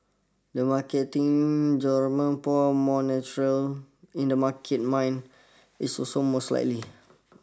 the market think Jerome Powell more natural in the market mind is also most likely